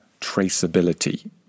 traceability